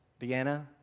Deanna